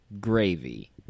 gravy